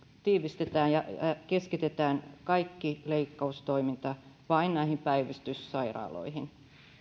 tiivistetään ja keskitetään kaikki leikkaustoiminta vain näihin päivystyssairaaloihin